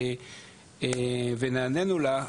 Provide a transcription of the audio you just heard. ונענינו לה,